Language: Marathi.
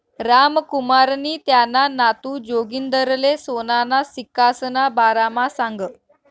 रामकुमारनी त्याना नातू जागिंदरले सोनाना सिक्कासना बारामा सांगं